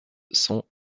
sont